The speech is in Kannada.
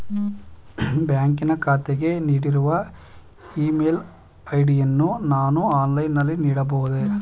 ಬ್ಯಾಂಕಿನ ಖಾತೆಗೆ ನೀಡಿರುವ ಇ ಮೇಲ್ ಐ.ಡಿ ಯನ್ನು ನಾನು ಆನ್ಲೈನ್ ನಲ್ಲಿ ನೀಡಬಹುದೇ?